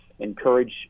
Encourage